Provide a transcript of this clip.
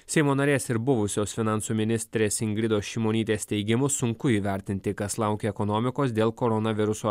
seimo narės ir buvusios finansų ministrės ingridos šimonytės teigimu sunku įvertinti kas laukia ekonomikos dėl koronaviruso